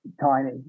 tiny